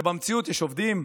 ובמציאות יש עובדים,